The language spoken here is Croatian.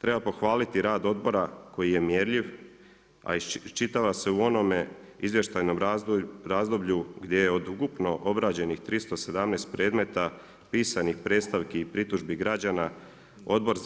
Treba pohvaliti rad odbora koji e mjerljiv, a iščitava se u onome izvještajnom razdoblju, gdje je od ukupno obrađenih 317 predmeta, pisanih predstavki i pritužbi građana, odbor